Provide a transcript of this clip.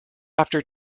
after